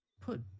put